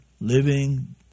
living